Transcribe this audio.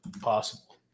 possible